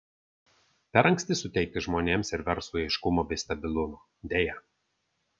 per anksti suteikti žmonėms ir verslui aiškumo bei stabilumo deja